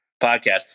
podcast